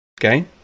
Okay